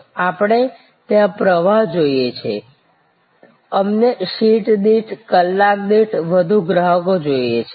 આપણે ત્યાં પ્રવાહ જોઈએ છે અમને સીટ દીઠ કલાક દીઠ વધુ ગ્રાહકો જોઈએ છે